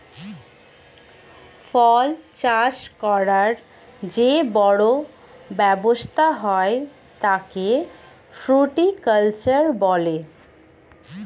ফল চাষ করার যে বড় ব্যবসা হয় তাকে ফ্রুটিকালচার বলে